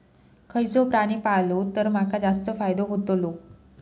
खयचो प्राणी पाळलो तर माका जास्त फायदो होतोलो?